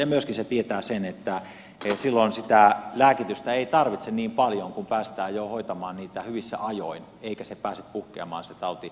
myöskin se tietää sitä että silloin sitä lääkitystä ei tarvita niin paljon kun päästään hoitamaan niitä jo hyvissä ajoin eikä pääse puhkeamaan se tauti